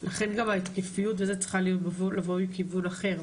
לכן גם ההתקפיות וזה צריכה לבוא מכיוון אחר,